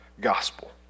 gospel